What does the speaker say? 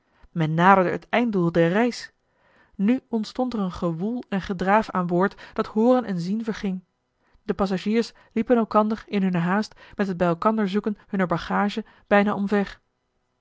men naderde het einddoel der reis nu ontstond er een gewoel en gedraaf aan boord dat hooren en zien verging de passagiers liepen elkander in hunne haast met het bij elkander zoeken hunner bagage bijna omver